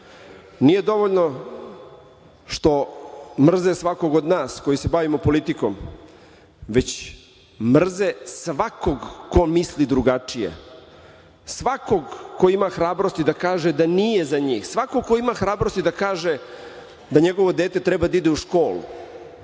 Nije dovoljno što mrze svakog od nas, koji se bavimo politikom, već mrze svakog ko misli drugačije, svakog ko ima hrabrosti da kaže da nije za njih, svako ko ima hrabrosti da kaže da njegovo dete treba da ide u školu,